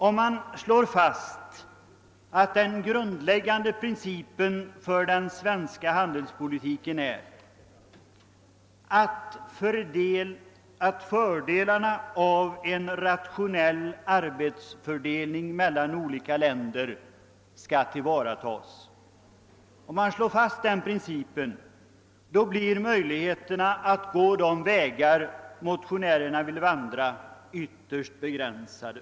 Om man slår fast att den grundläggande principen för den svenska handelspolitiken är att fördelarna av en rationell arbetsfördelning mellan olika länder skall tillvaratas, blir möjligheterna att gå de vägar motionärerna vill vandra ytterst begränsade.